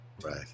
right